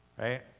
Right